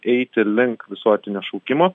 eiti link visuotinio šaukimo